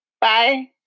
Bye